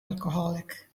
alcoholic